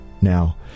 Now